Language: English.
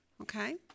Okay